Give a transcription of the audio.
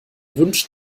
wünscht